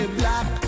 black